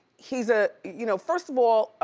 he's a. you know first of all,